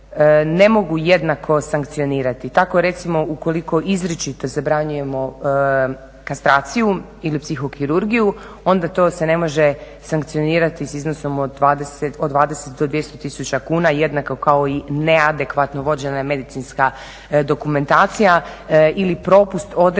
ne mogu jednako sankcionirati. Tako recimo ukoliko izričito zabranjujemo kastraciju ili psihokirurgiju onda se to ne može sankcionirati od 20 do 200 tisuća kuna jednako kao i neadekvatno vođena medicinska dokumentacija ili propust određene